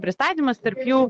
pristatymas tarp jų